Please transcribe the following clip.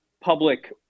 public